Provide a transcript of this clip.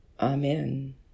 Amen